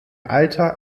alter